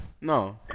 No